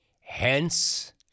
Hence